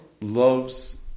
loves